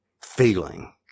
feeling